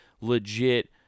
legit